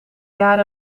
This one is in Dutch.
jaren